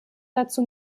dazu